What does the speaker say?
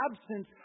absence